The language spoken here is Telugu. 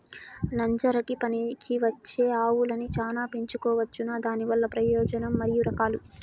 నంజరకి పనికివచ్చే ఆవులని చానా పెంచుకోవచ్చునా? దానివల్ల ప్రయోజనం మరియు రకాలు?